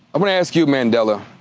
i wanna ask you, mandela.